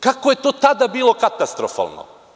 Kako je to tada bilo katastrofalno?